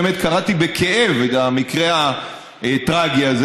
קראתי בכאב על המקרה הטרגי הזה,